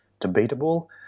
debatable